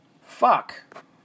Fuck